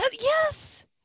Yes